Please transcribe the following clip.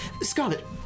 Scarlet